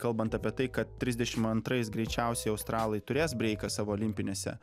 kalbant apie tai kad trisdešimt antrais greičiausiai australai turės breiką savo olimpinėse